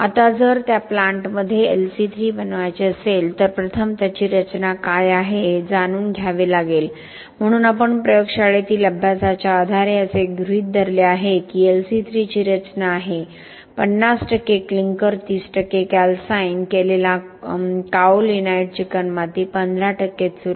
आता जर त्या प्लांटमध्ये LC3 बनवायचे असेल तर प्रथम त्याची रचना काय आहे हे जाणून घ्यावे लागेल म्हणून आपण प्रयोगशाळेतील अभ्यासाच्या आधारे असे गृहीत धरले आहे की ही LC3 ची रचना आहे 50 क्लिंकर 30 कॅलसाइन केलेला काओलिनाइट चिकणमाती 15 चुरा